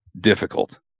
difficult